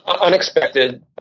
unexpected